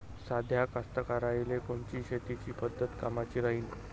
साध्या कास्तकाराइले कोनची शेतीची पद्धत कामाची राहीन?